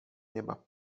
nieba